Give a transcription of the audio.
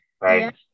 right